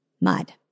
mud